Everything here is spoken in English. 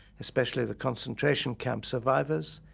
especially the concentration camp survivors,